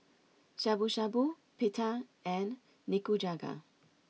Shabu Shabu Pita and Nikujaga